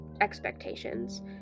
expectations